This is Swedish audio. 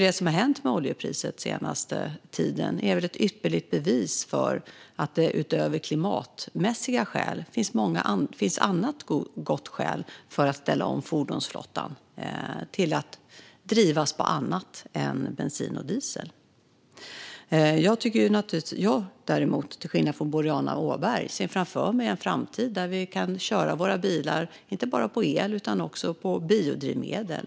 Det som har hänt med oljepriset den senaste tiden är väl ett ypperligt bevis för att det utöver klimatskäl finns andra goda skäl för att ställa om fordonsflottan till att drivas på annat än bensin och diesel. Jag ser till skillnad från Boriana Åberg framför mig en framtid där vi kan köra våra bilar på inte bara el utan också biodrivmedel.